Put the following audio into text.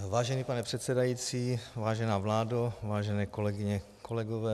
Vážený pane předsedající, vážená vládo, vážené kolegyně, kolegové.